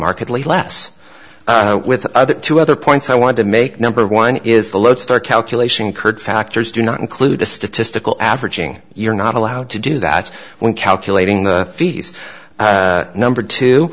markedly less with the other two other points i want to make number one is the lodestar calculation occurred factors do not include a statistical average ng you're not allowed to do that when calculating the fees number t